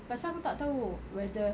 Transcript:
pasal aku tak tahu whether